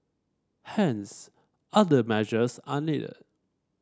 hence other measures are needed